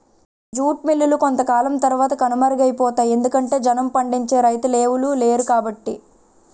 jute మిల్లులు కొంతకాలం తరవాత కనుమరుగైపోతాయి ఎందుకంటె జనుము పండించే రైతులెవలు లేరుకాబట్టి